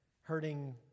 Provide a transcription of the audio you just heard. hurting